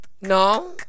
no